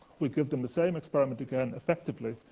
we give them the same experiment again, effectively,